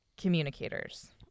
communicators